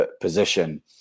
position